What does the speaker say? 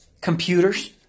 computers